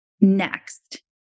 Next